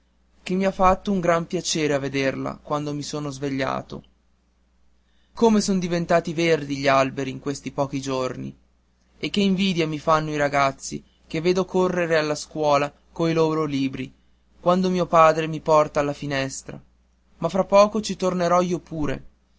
che mi ha fatto un gran piacere a vederla quando mi sono svegliato come son diventati verdi gli alberi in questi pochi giorni e che invidia mi fanno i ragazzi che vedo correre alla scuola coi loro libri quando mio padre mi porta alla finestra ma fra poco ci tornerò io pure